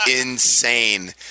insane